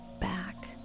back